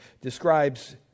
describes